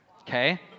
okay